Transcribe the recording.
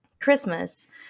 Christmas